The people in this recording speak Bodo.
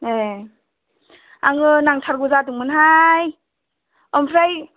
ए आङो नांथारगौ जादोंमोनहाय ओमफ्राय